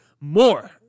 more